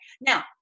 Now